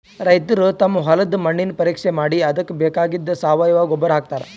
ರೈತರ್ ತಮ್ ಹೊಲದ್ದ್ ಮಣ್ಣಿನ್ ಪರೀಕ್ಷೆ ಮಾಡಿ ಅದಕ್ಕ್ ಬೇಕಾಗಿದ್ದ್ ಸಾವಯವ ಗೊಬ್ಬರ್ ಹಾಕ್ತಾರ್